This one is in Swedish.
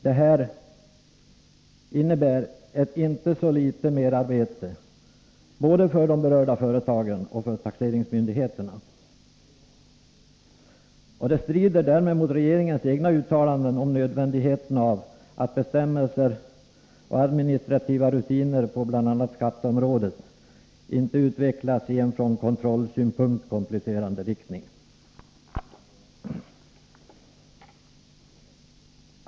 Detta innebär ett inte så litet merarbete både för de berörda företagen och för taxeringsmyndigheterna. Det strider därmed mot regeringens egna uttalanden om önskvärdheten av att bestämmelser och administrativa rutiner på bl.a. skatteområdet inte utvecklas i en från kontrollsynpunkt komplicerande riktning.